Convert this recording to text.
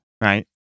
right